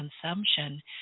consumption